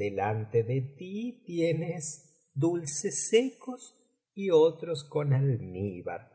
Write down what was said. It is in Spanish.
delante de ti tienes dulces secos y otros con almíbar